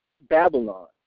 Babylon